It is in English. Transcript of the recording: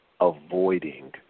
avoiding